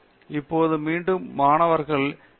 இப்போது மீண்டும் மாணவர்கள் யூ